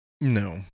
No